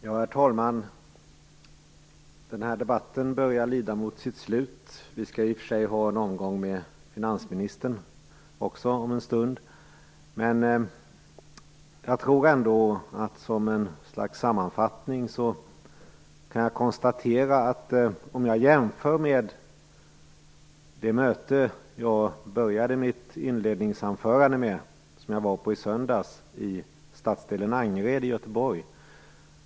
Herr talman! Den här debatten börjar lida mot sitt slut, vi skall i och för sig också ha en omgång med finansministern om en stund. Som ett slags sammanfattning kan jag jämföra denna debatt med det möte som jag började mitt inledningsanförande med att redogöra för, ett möte som jag var på i söndags i stadsdelen Angered i Göteborg.